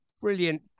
brilliant